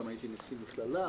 גם הייתי נשיא מכללה,